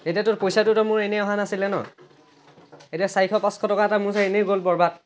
এতিয়াতো পইচাটোতো মোৰ এনেই অহা নাছিলে ন এতিয়া চাৰিশ পাঁচশ টকা এটা মোৰ যে এনেই গ'ল বৰবাদ